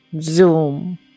Zoom